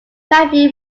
matthew